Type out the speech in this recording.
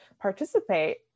participate